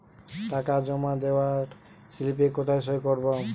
টাকা জমা দেওয়ার স্লিপে কোথায় সই করব?